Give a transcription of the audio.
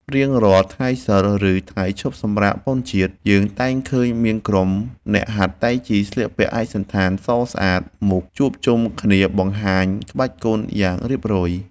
រៀងរាល់ថ្ងៃសីល ឬថ្ងៃឈប់សម្រាកបុណ្យជាតិ យើងតែងឃើញក្រុមអ្នកហាត់តៃជីស្លៀកពាក់ឯកសណ្ឋានសស្អាត មកជួបជុំគ្នាបង្ហាញក្បាច់គុណយ៉ាងរៀបរយ។